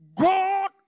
God